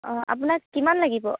অঁ আপোনাক কিমান লাগিব